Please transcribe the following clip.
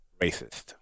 racist